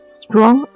strong